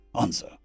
Answer